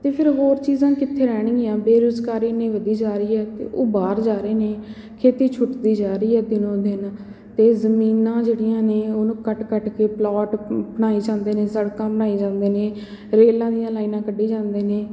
ਅਤੇ ਫੇਰ ਹੋਰ ਚੀਜ਼ਾਂ ਕਿੱਥੇ ਰਹਿਣਗੀਆਂ ਬੇਰੁਜ਼ਗਾਰੀ ਐਨੀ ਵਧੀ ਜਾ ਰਹੀ ਹੈ ਉਹ ਬਾਹਰ ਜਾ ਰਹੇ ਨੇ ਖੇਤੀ ਛੁੱਟਦੀ ਜਾ ਰਹੀ ਹੈ ਦਿਨੋਂ ਦਿਨ ਅਤੇ ਜ਼ਮੀਨਾਂ ਜਿਹੜੀਆਂ ਨੇ ਉਹਨੂੰ ਕੱਟ ਕੱਟ ਕੇ ਪਲੋਟ ਬਣਾਏ ਜਾਂਦੇ ਨੇ ਸੜਕਾਂ ਬਣਾਈ ਜਾਂਦੇ ਨੇ ਰੇਲਾਂ ਦੀਆਂ ਲਾਈਨਾਂ ਕੱਢੀ ਜਾਂਦੇ ਨੇ